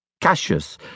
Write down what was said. Cassius